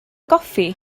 goffi